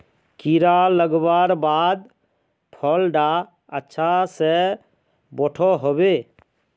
कीड़ा लगवार बाद फल डा अच्छा से बोठो होबे?